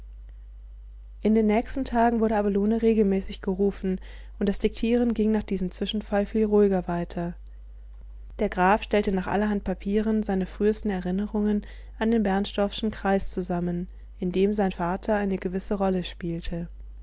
in den nächsten tagen wurde abelone regelmäßig gerufen und das diktieren ging nach diesem zwischenfall viel ruhiger weiter der graf stellte nach allerhand papieren seine frühesten erinnerungen an den bernstorffschen kreis zusammen in dem sein vater eine gewisse rolle spielte